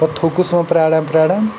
بہٕ تھوٚکُس وَنۍ پرٛاران پرٛاران